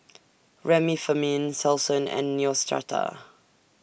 Remifemin Selsun and Neostrata